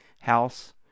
House